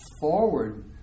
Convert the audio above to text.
forward